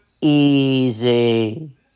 Easy